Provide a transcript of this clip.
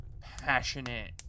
passionate